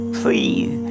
please